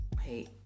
hey